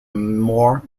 more